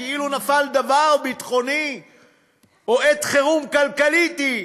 כאילו נפל דבר ביטחוני או עת חירום כלכלית היא.